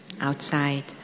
outside